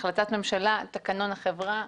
החלטת ממשלה, תקנון החברה.